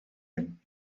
hyn